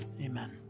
amen